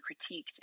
critiqued